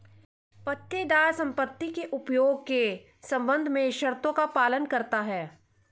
पट्टेदार संपत्ति के उपयोग के संबंध में शर्तों का पालन करता हैं